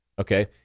Okay